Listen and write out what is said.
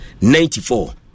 ninety-four